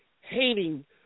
hating